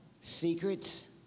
secrets